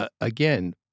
again